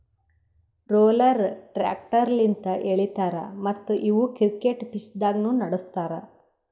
roller tractor ಲಿಂತ್ ಎಳಿತಾರ ಮತ್ತ್ ಇವು ಕ್ರಿಕೆಟ್ ಪಿಚ್ದಾಗ್ನು ನಡುಸ್ತಾರ್